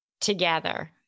together